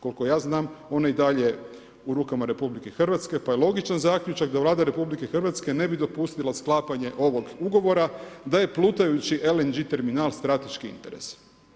Koliko ja znam, ona je i dalje u rukama RH pa je logičan zaključak da Vlada RH ne bi dopustila sklapanje ovog ugovora da je plutajući LNG terminal strateški interes.